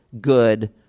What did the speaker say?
Good